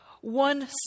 One